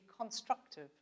constructive